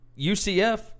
UCF